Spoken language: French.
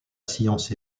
science